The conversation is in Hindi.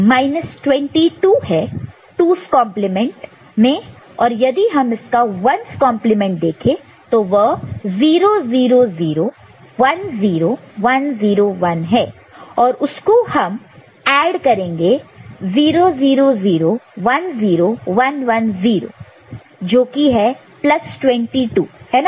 तो यह 22 है 2's कंपलीमेंट 2's complement में और यदि हम इसका 1's कंप्लीमेंट 1's complement देखें तो वह 0 0 0 1 0 1 0 1 है और उसको हम ऐड करेंगे 0 0 0 1 0 1 1 0 जोकि है प्लस 22 22 है ना